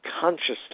consciously